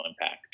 impact